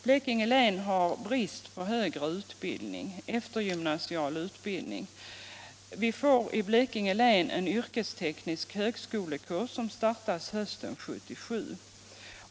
Blekinge län har brist på högre eftergymnasial utbildning. Vi får i Blekinge län en yrkesteknisk högskolekurs som startar hösten 1977.